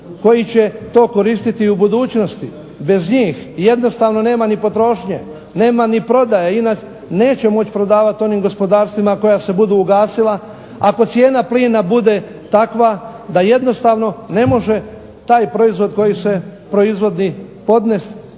koji će to koristiti i u budućnosti, bez njih jednostavno nema ni potrošnje, nema ni prodaje, INA neće moći prodavati onim gospodarstvima koja se budu ugasila ako cijena plina bude takva da jednostavno ne može taj proizvod koji se proizvodi podnesti